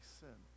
sin